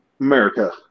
America